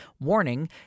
Warning